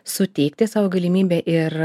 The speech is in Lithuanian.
suteikti sau galimybę ir